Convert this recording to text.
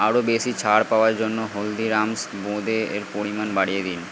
আরও বেশি ছাড় পাওয়ার জন্য হলদিরামস বোঁদে এর পরিমাণ বাড়িয়ে দিন